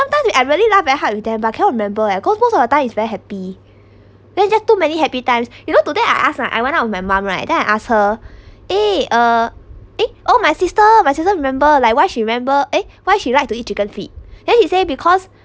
sometimes y~ I really laugh very hard with them but can't remember eh cause most of the time is very happy then just too many happy times you know today I ask ah I went out of my mum right then I ask her eh uh eh oh my sister my sister remember like why she remember eh why she liked to eat chicken feet then she say because